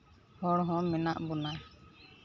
ᱦᱚᱲ ᱦᱚᱸ ᱢᱮᱱᱟᱜ ᱵᱚᱱᱟ